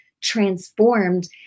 transformed